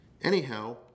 anyhow